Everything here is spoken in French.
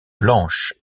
blanche